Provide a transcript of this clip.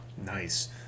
Nice